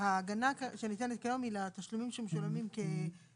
ההגנה שניתנת היום היא לתשלומים שמשולמים לחיילים